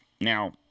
Now